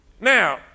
Now